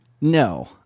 no